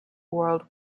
world